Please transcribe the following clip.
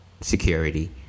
security